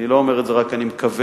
אני לא אומר רק "אני מקווה",